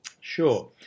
Sure